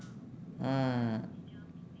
mm